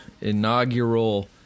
Inaugural